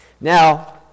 Now